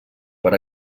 per